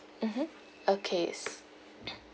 mmhmm okay s~